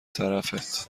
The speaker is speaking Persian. طرفت